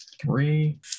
three